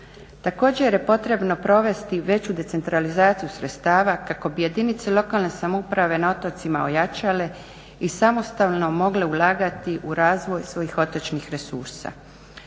Također je potrebno provesti veću decentralizaciju sredstava kako bi jedinice lokalne samouprave na otocima ojačale i samostalno mogle ulagati u razvoj svojih otočnih resursa.